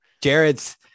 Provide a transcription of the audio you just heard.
Jared's